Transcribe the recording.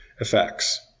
effects